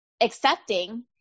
accepting